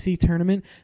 tournament